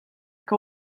que